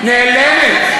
נעלמת?